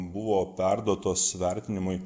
buvo perduotos vertinimui